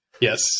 Yes